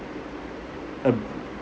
a